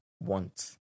want